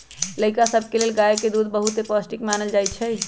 लइका सभके लेल गाय के दूध बहुते पौष्टिक मानल जाइ छइ